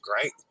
great